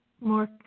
more